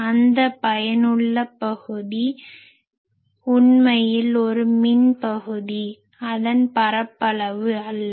அந்த பயனுள்ள பகுதி உண்மையில் ஒரு மின் பகுதி அதன் பரப்பளவு அல்ல